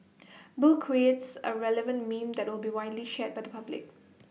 bill creates A relevant meme that will be widely shared by the public